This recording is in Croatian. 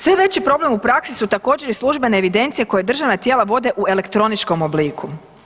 Sve veći problemi u praksi su također, i službene evidencije koje državna tijela vode u elektroničnom obliku.